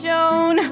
Joan